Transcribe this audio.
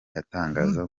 atangaza